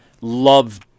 Love